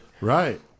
Right